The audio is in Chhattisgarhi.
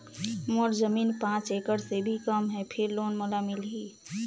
मोर जमीन पांच एकड़ से भी कम है फिर लोन मोला मिलही?